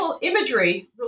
Imagery